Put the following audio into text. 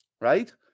right